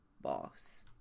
Boss